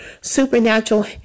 supernatural